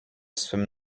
swym